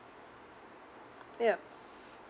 yup